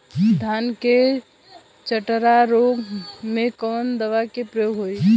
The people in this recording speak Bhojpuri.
धान के चतरा रोग में कवन दवा के प्रयोग होई?